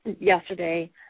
yesterday